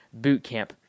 bootcamp